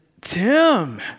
Tim